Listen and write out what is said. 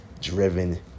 driven